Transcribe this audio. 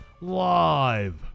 live